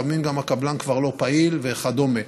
לפעמים הקבלן כבר לא פעיל וכדומה.